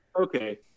Okay